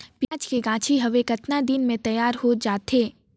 पियाज के गाछी हवे कतना दिन म तैयार हों जा थे?